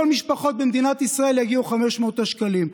המשפחות במדינת ישראל יגיעו 500 השקלים.